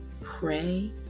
pray